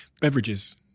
Beverages